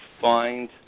find